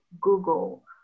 Google